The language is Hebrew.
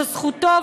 זו זכותו,